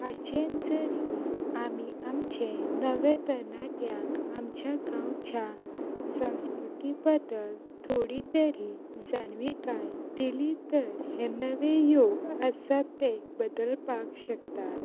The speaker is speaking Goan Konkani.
हाचे जरी आमी आमचे नवे तरणाट्यांक आमच्या गांवच्या संस्कृती बद्दल थोडी तरी जाणविकाय दिली तर हे नवे योग आसा ते बदलपाक शकतात